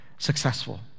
Successful